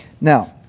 Now